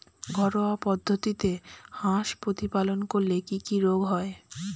ঘরোয়া পদ্ধতিতে হাঁস প্রতিপালন করলে কি কি রোগ হয়?